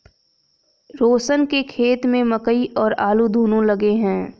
रोशन के खेत में मकई और आलू दोनो लगे हैं